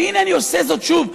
והינה אני עושה זאת שוב,